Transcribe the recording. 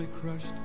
crushed